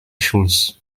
schulz